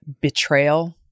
betrayal